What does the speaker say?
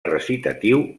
recitatiu